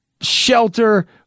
shelter